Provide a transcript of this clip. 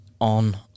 on